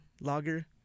lager